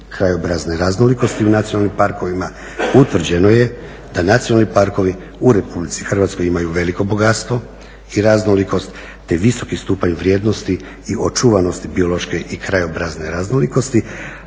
krajobrazne raznolikosti u nacionalnim parkovima utvrđeno je da nacionalni parkovi u RH imaju veliko bogatstvo i raznolikost te visoki stupanj vrijednosti i očuvanosti biološke i krajobrazne raznolikosti.